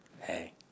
Hey